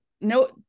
no